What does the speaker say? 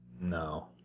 No